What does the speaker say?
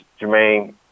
Jermaine